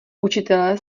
učitelé